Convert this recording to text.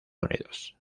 unidos